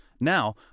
Now